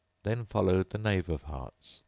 then followed the knave of hearts,